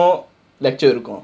lecture இருக்கும்:irukkum